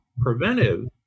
preventive